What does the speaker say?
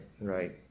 right